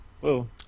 Whoa